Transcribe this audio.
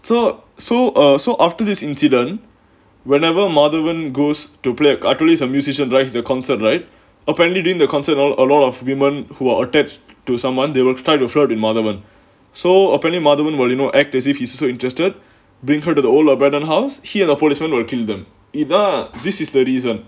so so err so after this incident whenever madhavan goes to black attorneys or musician drives their concert right apparently during the concert all a lot of women who are attract to someone they will try to flirt with madhavan so apparently madhavan well you know act as if he's so interested bring her to the old abandoned house he and the policemen will kill them இதான்:ithaan this is the reason